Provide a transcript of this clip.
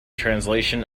translation